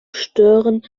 stören